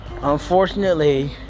unfortunately